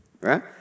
Right